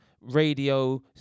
radio